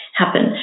happen